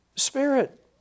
spirit